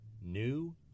New